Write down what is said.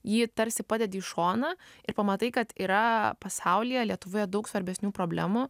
jį tarsi padedi į šoną ir pamatai kad yra pasaulyje lietuvoje daug svarbesnių problemų